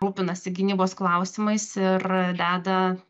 rūpinasi gynybos klausimais ir deda